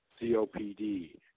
COPD